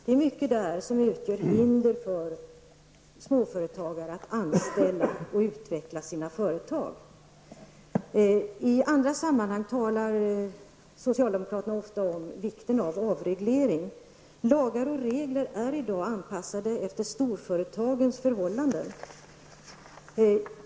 Där finns många hinder för småföretagare när det gäller att anställa personal och att utveckla sina företag. I andra sammanhang talar socialdemokraterna ofta om vikten av avreglering. Lagar och regler är i dag anpassade efter storföretagens förhållanden.